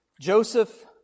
Joseph